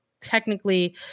technically